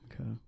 Okay